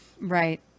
Right